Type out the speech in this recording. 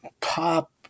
pop